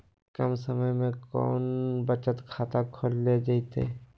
कम समय में कौन बचत खाता खोले जयते?